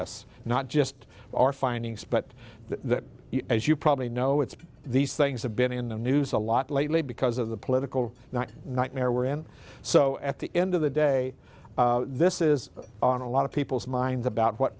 us not just our findings but that as you probably know it's been these things have been in the news a lot lately because of the political not nightmare we're in so at the end of the day this is on a lot of people's minds about what